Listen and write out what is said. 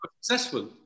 successful